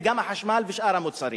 וגם החשמל ושאר המוצרים.